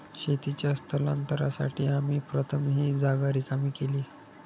शेतीच्या स्थलांतरासाठी आम्ही प्रथम ही जागा रिकामी केली